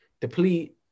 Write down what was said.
deplete